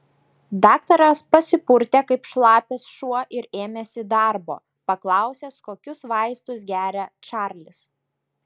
daktaras pasipurtė kaip šlapias šuo ir ėmėsi darbo paklausęs kokius vaistus geria čarlis